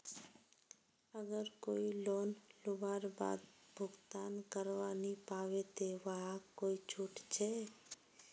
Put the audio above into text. अगर कोई लोन लुबार बाद भुगतान करवा नी पाबे ते वहाक कोई छुट छे?